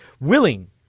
willing